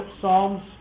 psalms